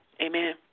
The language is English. Amen